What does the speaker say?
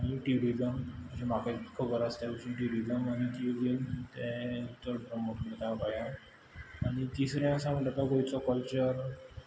आनी ट्युरिजम अशें म्हाका खबर आसा तशी ट्युरिजम आनी क्विझीन ते चड प्रमोट करता गोंयांत आनी तिसरें आसा म्हणटा तो गोंयचो कल्चर